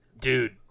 Dude